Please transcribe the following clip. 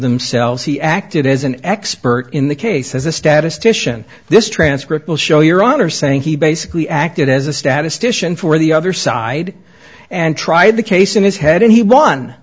themselves he acted as an expert in the case as a statistician this transcript will show your honor saying he basically acted as a statistician for the other side and tried the case in his head and he won